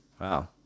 wow